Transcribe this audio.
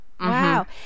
Wow